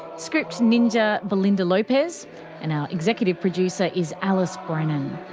script ninja belinda lopezour and executive producer is alice brennan.